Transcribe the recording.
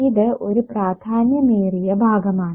ഇത് ഒരു പ്രാധാന്യമേറിയ ഭാഗമാണ്